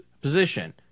position